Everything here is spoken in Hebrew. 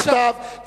בכתב,